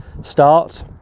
start